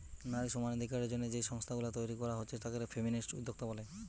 নারী সমানাধিকারের জন্যে যেই সংস্থা গুলা তইরি কোরা হচ্ছে তাকে ফেমিনিস্ট উদ্যোক্তা বলে